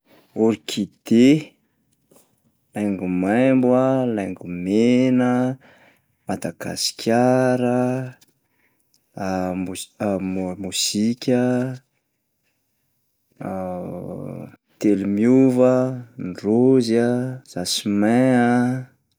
Orchidée, laingo maimbo a, laingo mena, madagasikara moz- mo- mozika, telomiova, ny raozy a, jasmin a.